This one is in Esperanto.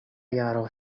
jaro